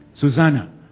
Susanna